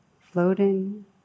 floating